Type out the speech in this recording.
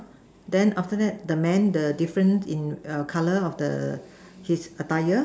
then after the man the different in err color of the she is a buyer